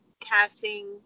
casting